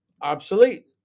obsolete